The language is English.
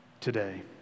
today